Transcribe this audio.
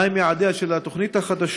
4. מה הם יעדיה של התוכנית החדשה?